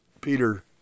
Peter